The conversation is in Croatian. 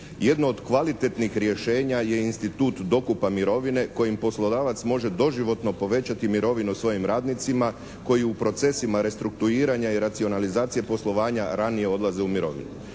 Jedno od kvalitetnih rješenja je institut dokupa mirovine kojim poslodavac može doživotno povećati mirovinu svojim radnicima koji u procesima restrukturiranja i racionalizacije poslovanja ranije odlaze u mirovinu.